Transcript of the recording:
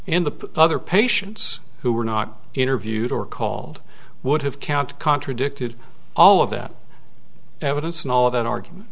and the other patients who were not interviewed or called would have counted contradicted all of that evidence and all of that argument